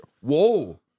Whoa